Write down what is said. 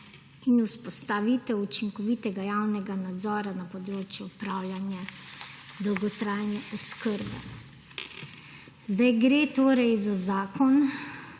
in vzpostavitev učinkovitega javnega nadzora na področju upravljanja dolgotrajne oskrbe. Gre torej za zakon,